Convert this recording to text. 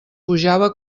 pujava